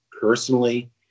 personally